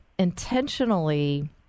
intentionally